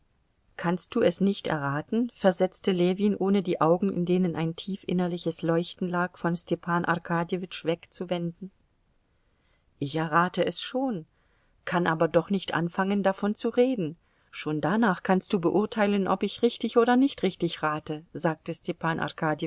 kannst du es nicht erraten versetzte ljewin ohne die augen in denen ein tiefinnerliches leuchten lag von stepan arkadjewitsch wegzuwenden ich errate es schon kann aber doch nicht anfangen davon zu reden schon danach kannst du beurteilen ob ich richtig oder nicht richtig rate sagte stepan